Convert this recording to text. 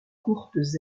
courtes